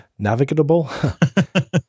Navigatable